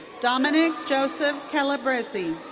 dominick joseph calabrese.